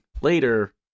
later